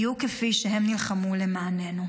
בדיוק כפי שהם נלחמו למעננו.